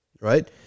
Right